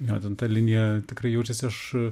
jo ten ta linija tikrai jaučiasi aš